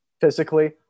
physically